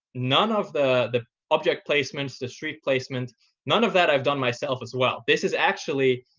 none of the the object placements, the street placements none of that i've done myself as well. this is actually